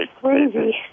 crazy